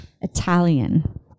Italian